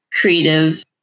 creative